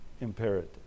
imperative